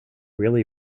really